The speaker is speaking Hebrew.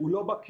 הוא לא בקי,